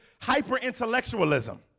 hyper-intellectualism